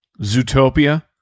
Zootopia